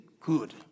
good